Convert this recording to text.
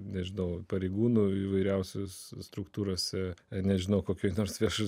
nešdavo pareigūnų įvairiausius struktūrose nežino kokioje nors viešai